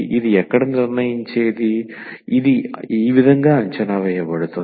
ఇది ఇక్కడ నిర్ణయించేది ఇది ఈ విధంగా అంచనా వేయబడుతుంది